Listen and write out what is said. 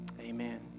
Amen